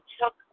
took